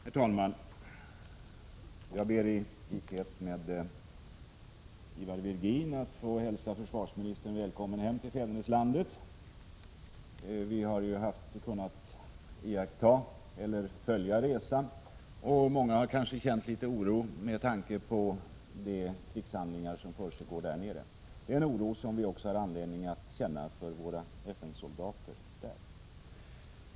Herr talman! Jag ber i likhet med Ivar Virgin att få hälsa försvarsministern välkommen hem till fäderneslandet. Vi har kunnat följa resan, och många har kanske känt litet oro med tanke på de krigshandlingar som försiggår i det aktuella området — en oro som vi också har anledning att känna för våra FN-soldater där.